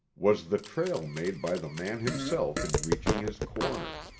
was the trail made by the man himself in reaching his corner.